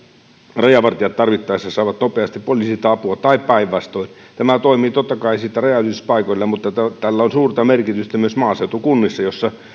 rajavartijat tarvittaessa saavat nopeasti poliisilta apua tai päinvastoin tämä toimii totta kai rajanylityspaikoilla mutta tällä on suurta merkitystä myös maaseutukunnissa joissa